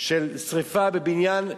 של שרפה בבניין מגורים,